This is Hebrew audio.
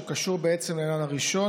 שקשור בעצם לעניין הראשון,